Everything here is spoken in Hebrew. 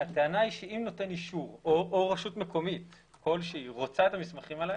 הטענה היא שאם נותן אישור או רשות מקומית כלשהי רוצה את המסמכים האלה,